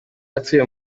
atuye